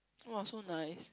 !wah! so nice